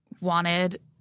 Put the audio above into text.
wanted